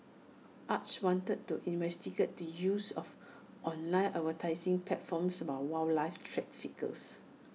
acres wanted to investigate the use of online advertising platforms by wildlife traffickers